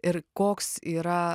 ir koks yra